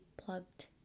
plugged